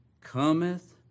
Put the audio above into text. cometh